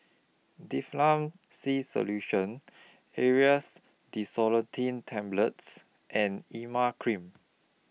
Difflam C Solution Aerius DesloratadineTablets and Emla Cream